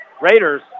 Raiders